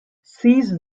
seize